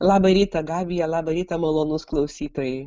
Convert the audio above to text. labą rytą gabija labą rytą malonūs klausytojai